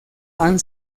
han